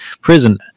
prison